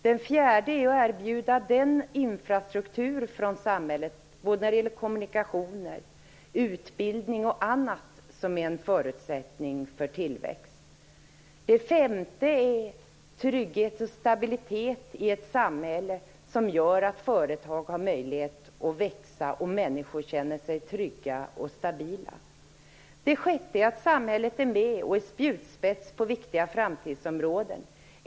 Det fjärde är att erbjuda den infrastruktur från samhället, när det gäller kommunikationer, utbildning och annat, som är en förutsättning för tillväxt. Det femte är trygghet och stabilitet i samhället, som gör att företag har möjlighet att växa och människor känner sig trygga och stabila. Det sjätte är att samhället är med, är spjutspets, på viktiga framtidsområden.